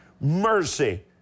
mercy